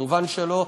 מובן שלא.